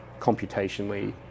computationally